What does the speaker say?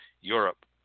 Europe